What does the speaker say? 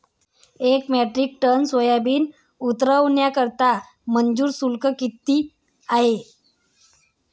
एक metric tonne soybean उतरवण्याकरता मजूर शुल्क किती आहे?